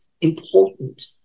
important